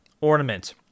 ornament